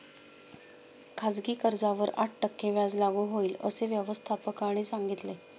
खाजगी कर्जावर आठ टक्के व्याज लागू होईल, असे व्यवस्थापकाने सांगितले